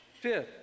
Fifth